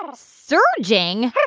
um surging?